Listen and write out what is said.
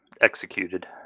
executed